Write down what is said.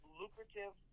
lucrative